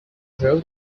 drove